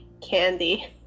candy